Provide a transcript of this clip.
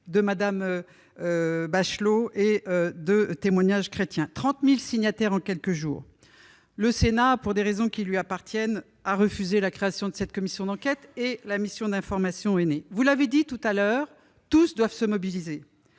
de Mme Bachelot et de. En quelques jours, 30 000 signatures ont été recueillies. Le Sénat, pour des raisons qui lui appartiennent, a refusé la création de cette commission d'enquête, et la mission d'information est née. Vous l'avez dit, tous les citoyens doivent se mobiliser.